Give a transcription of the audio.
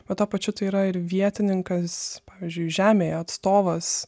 bet tuo pačiu tai yra ir vietininkas pavyzdžiui žemėje atstovas